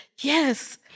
yes